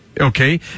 Okay